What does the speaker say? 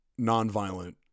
nonviolent